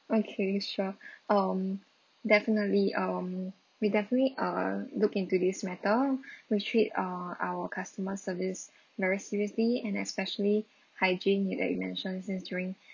okay sure um definitely um we definitely uh look into this matter we treat uh our customer service very seriously and especially hygiene that you mentioned since during